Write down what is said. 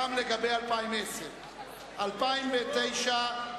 אושר גם לגבי 2010. סעיף 96,